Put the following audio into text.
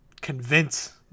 convince